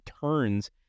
turns